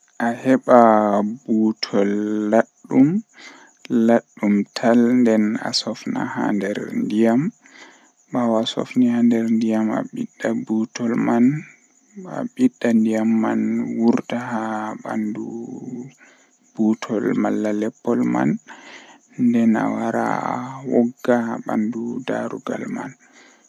Wuluki nange be wakkati nange don laata caappan e nay e jweenay nden jemma bo don laata cappan e jweetati e didi feere e tati feere e nay.